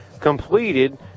completed